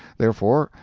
therefore,